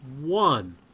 One